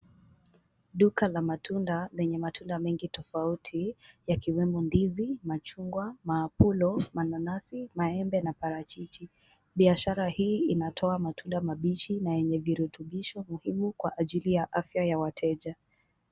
Duka la matunda lenye matunda mengi tofauti yakiwemo ndizi, machungwa, maapulo, mananasi, maembe na parachichi. Biashara hii inatoa matunda mabichi na yenye virutubisho muhimu kwa ajili ya afya ya wateja.